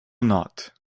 not